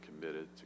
committed